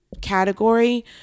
category